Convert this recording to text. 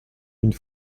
une